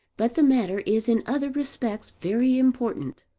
but the matter is in other respects very important.